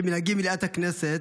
כמנהגי במליאת הכנסת,